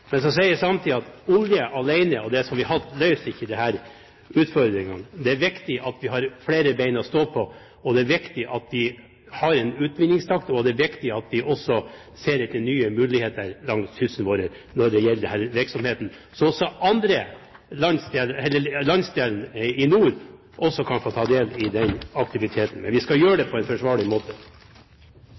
Men så sier jeg samtidig at olje alene løser ikke disse utfordringene. Det er viktig at vi har flere ben å stå på, og det er viktig at vi har en utvinningstakt, og det er viktig at vi også ser etter nye muligheter langs kysten vår når det gjelder denne virksomheten, slik at også landsdelene i nord kan få ta del i den aktiviteten. Men vi skal gjøre det på en forsvarlig måte.